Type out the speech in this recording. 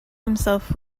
himself